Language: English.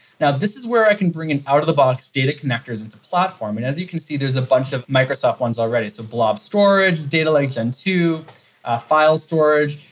now, this is where i can bring an out of the box data connectors into platform, and as you can see, there's a bunch of microsoft ones already. so blob storage, data lake g e n two, files storage.